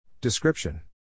Description